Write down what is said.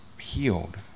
healed